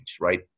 right